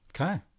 Okay